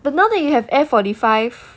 but now that you have F forty five